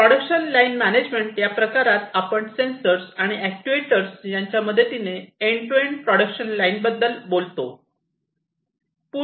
production line management या प्रकारात आपण सेन्सर्स आणि अॅक्ट्युएटर यांच्या मदतीने end to end production line बद्दल आपण बोलतो